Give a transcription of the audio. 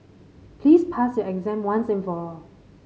please pass your exam once and for all